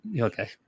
okay